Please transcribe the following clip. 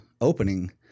opening